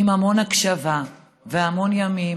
עם המון הקשבה והמון ימים,